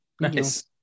Nice